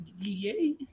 yay